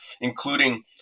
including